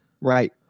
Right